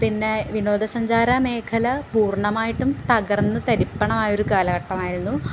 പിന്നെ വിനോദസഞ്ചാരമേഖല പൂർണ്ണമായിട്ടും തകർന്നു തരിപ്പണമായൊരു കാലഘട്ടമായിരുന്നു